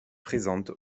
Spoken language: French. présente